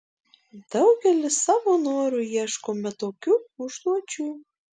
daugelis savo noru ieškome tokių užduočių